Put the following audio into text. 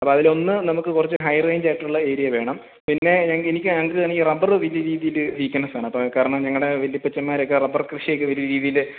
അപ്പം അതിലൊന്ന് നമുക്ക് കുറച്ച് ഹൈ റേഞ്ച് ആയിട്ടുള്ള ഏരിയ വേണം പിന്നെ ഞങ്ങൾ എനിക്ക് ഞങ്ങൾക്ക് ആണെങ്കിൽ റബ്ബറ് വലിയ രീതിയിൽ വീക്ക്നെസ്സ് ആണ് അപ്പം കാരണം ഞങ്ങളുടെ വല്യപ്പച്ചന്മാരൊക്കെ റബ്ബർ കൃഷിയൊക്കെ വലിയ രീതിയിൽ